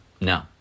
No